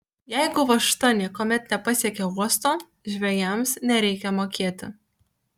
jeigu važta niekuomet nepasiekia uosto žvejams nereikia mokėti